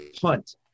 punt